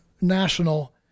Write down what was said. national